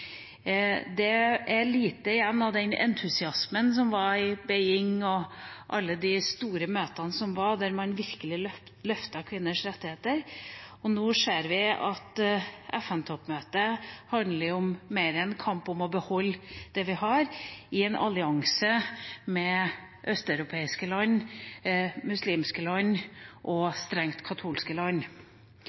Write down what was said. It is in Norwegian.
Det er lite igjen av den entusiasmen som var i Beijing og på alle de store møtene der man virkelig løftet kvinners rettigheter. Nå ser vi at FN-toppmøtet handler mer om en kamp for å beholde det vi har i en allianse med østeuropeiske land, muslimske land og strengt katolske land.